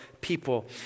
people